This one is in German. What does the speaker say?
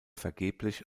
vergeblich